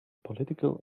political